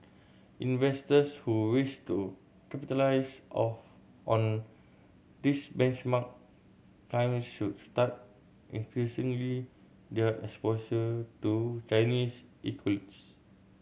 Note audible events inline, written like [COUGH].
investors who wish to capitalise of on this benchmark climb should start increasingly their exposure to Chinese [UNINTELLIGIBLE]